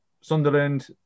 Sunderland